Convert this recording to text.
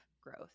growth